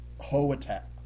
ho-attack